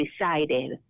decided